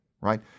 right